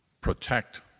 protect